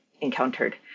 encountered